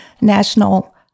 national